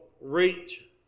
reach